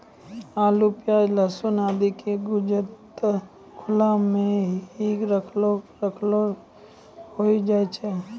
आलू, प्याज, लहसून आदि के गजूर त खुला मॅ हीं रखलो रखलो होय जाय छै